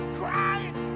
crying